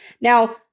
now